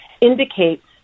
indicates